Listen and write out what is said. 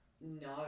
No